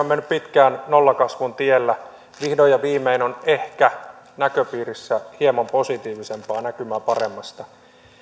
mennyt pitkään nollakasvun tiellä vihdoin ja viimein on ehkä näköpiirissä hieman positiivisempaa näkymää paremmasta